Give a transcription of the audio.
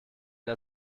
der